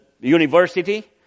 university